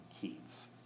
Keats